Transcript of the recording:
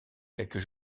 quelques